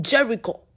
Jericho